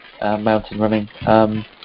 mountain-running